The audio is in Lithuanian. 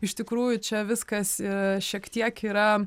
iš tikrųjų čia viskas ir šiek tiek yra